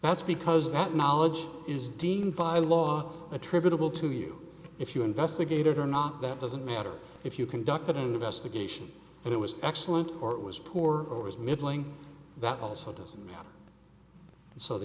that's because that knowledge is deemed by law attributable to you if you investigated or not that doesn't matter if you conduct an investigation that it was excellent or it was poor or was middling that also doesn't matter so the